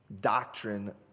doctrine